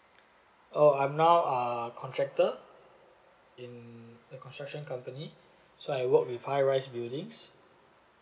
oh I'm now a contractor in a construction company so I work with high rise buildings